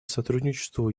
сотрудничеству